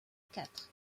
quatre